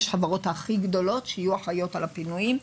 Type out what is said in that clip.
החברות הכי גדולות שיהיו אחראיות על הפינויים.